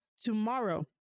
tomorrow